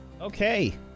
Okay